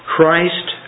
Christ